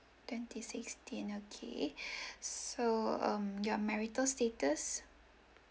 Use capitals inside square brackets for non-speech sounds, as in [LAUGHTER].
twenty sixteen okay [BREATH] so um your marital status